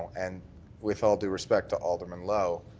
and with all due respect to alderman lowe,